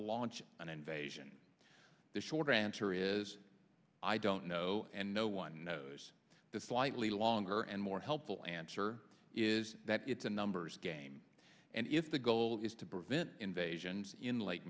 launch an invasion the short answer is i don't know and no one knows the slightly longer and more helpful answer is that it's a numbers game and if the goal is to prevent invasions in lake